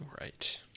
Right